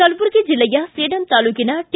ಕಲಬುರಗಿ ಜಿಲ್ಲೆಯ ಸೇಡಂ ತಾಲೂಕಿನ ಟ